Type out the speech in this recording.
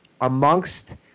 amongst